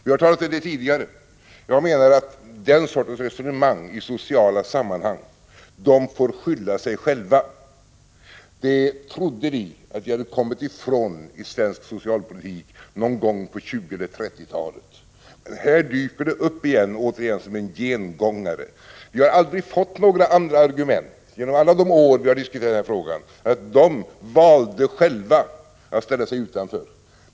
Vi har talat om detta tidigare. Den sortens resonemang i sociala sammanhang — att ”de får skylla sig själva” — trodde vi att vi hade kommit ifrån i svensk socialpolitik någon gång på 20 eller 30-talet. Här dyker det upp igen som en gengångare. Vi har aldrig fått några andra argument, under alla de år då vi har diskuterat den här frågan, än att de valde själva att ställa sig utanför.